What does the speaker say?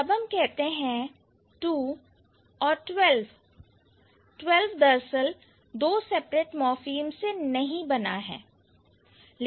जब हम कहते हैं two और twelve twelve दरअसल दो सेपरेट मोर्फिम्स से नहीं बना है